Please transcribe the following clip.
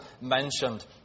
mentioned